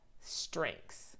strengths